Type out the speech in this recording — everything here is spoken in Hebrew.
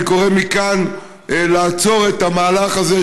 אני קורא מכאן לעצור את המהלך הזה,